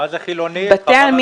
מה זה חילונית, חבל על הזמן.